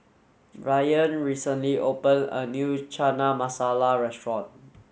Brayan recently opened a new Chana Masala restaurant